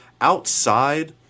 outside